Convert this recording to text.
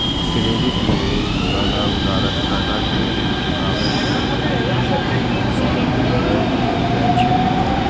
credit लए बला उधारकर्ता कें ऋण चुकाबै लेल एक निश्चित अवधि तय कैल जाइ छै